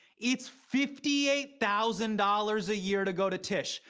it's fifty eight thousand dollars a year to go to tisch.